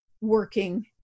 working